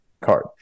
card